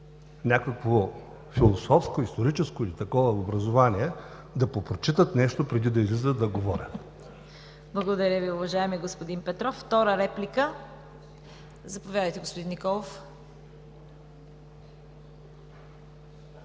някакво философско, историческо или такова образование да попрочитат нещо преди да излизат да говорят. ПРЕДСЕДАТЕЛ ЦВЕТА КАРАЯНЧЕВА: Благодаря Ви, уважаеми господин Петров. Втора реплика? Заповядайте, господин Николов.